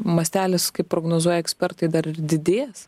mastelis kaip prognozuoja ekspertai dar ir didės